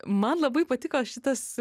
man labai patiko šitas